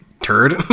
turd